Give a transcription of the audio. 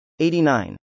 89